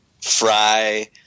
fry